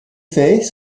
faits